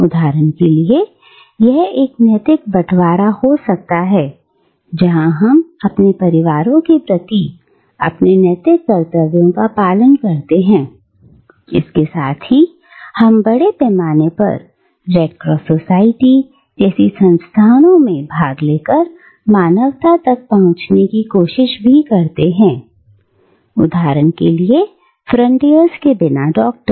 उदाहरण के लिए यह एक नैतिक बटवारा हो सकता है जहां हम अपने परिवारों के प्रति अपने नैतिक कर्तव्यों का पालन करते हैं इसके साथ ही हम बड़े पैमाने पर रेड क्रॉस सोसाइटी जैसी संस्थाओं में भाग लेकर मानवता तक पहुंचने की कोशिश करते हैं उदाहरण के लिए फ्रंटियर्स के बिना डॉक्टर